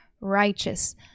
righteous